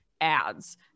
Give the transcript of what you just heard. ads